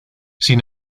sin